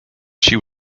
she